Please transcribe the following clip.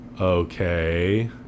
okay